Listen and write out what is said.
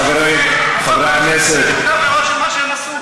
חברים, חברי הכנסת, סעיף 113, מה שהם עשו.